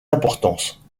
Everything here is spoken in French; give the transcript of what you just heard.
importance